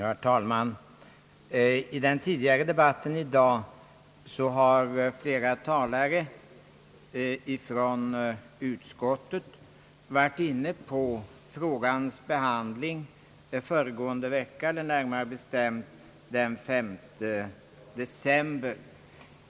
Herr talman! I den tidigare debatten i dag har flera talare från utskottet berört frågans behandling den 5 december.